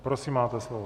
Prosím, máte slovo.